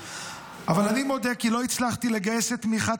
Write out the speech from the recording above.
אבל אני מודה כי לא הצלחתי לגייס את תמיכת